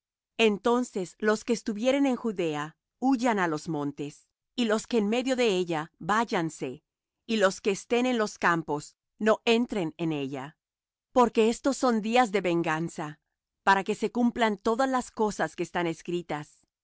entonces los que estuvieren en judea huyan á los montes y los que en medio de ella váyanse y los que estén en los campos no entren en ella porque estos son días de venganza para que se cumplan todas las cosas que están escritas